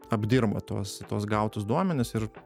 apdirba tuos tuos gautus duomenis ir